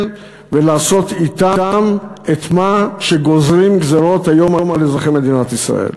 ולעשות אתם את מה שגוזרים גזירות היום על אזרחי מדינת ישראל.